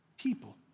people